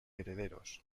herederos